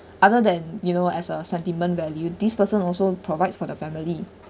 other than you know as a sentiment value this person also provides for the family